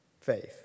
faith